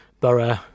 Borough